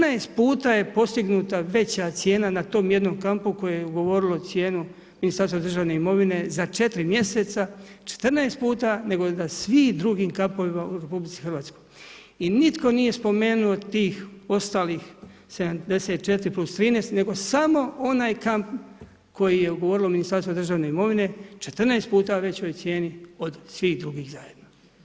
14 puta je postignuta veća cijena na tom jednom kampu koji je ugovorilo cijenu Ministarstvo državne imovine za 4 mjeseca 14 puta nego na svim drugim kampovima u RH nitko nije spomenuo tih ostalih 74 + 13 nego samo onaj kamp koje je ugovorilo Ministarstvo državne imovine, 14 puta većoj cijeni od svih drugih zajedno.